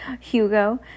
Hugo